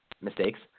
mistakes